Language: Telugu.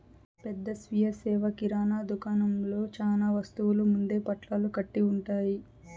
పెద్ద స్వీయ సేవ కిరణా దుకాణంలో చానా వస్తువులు ముందే పొట్లాలు కట్టి ఉంటాయి